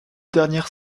dernières